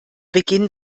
beginn